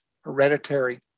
hereditary